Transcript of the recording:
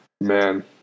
Man